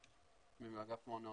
היטיב לתאר את